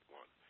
one